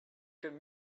could